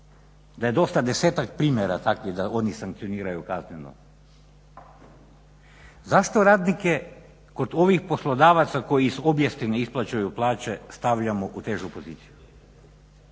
da je dosta 10-ak primjera takvih da oni sankcioniraju kazneno, zašto radnike kod ovih poslodavca koji iz obijesti ne isplaćuju plaće stavljamo u težu poziciju.